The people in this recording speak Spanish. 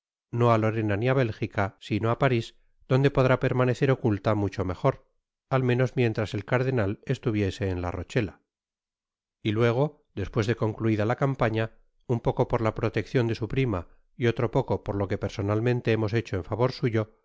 no á lorena ni á bélgica sino á paris donde podrá permanecer oculta mucho me jor al menos mientras el cardenal estuviese en la rochela y luego después de concluida la campaña un poco por la proteccion de su prima y otro poco por lo que personalmente hemos hecho en favor suyo